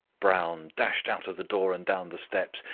brown dashed out of the door and down the steps,